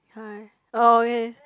ya oh okay